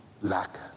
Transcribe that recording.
lack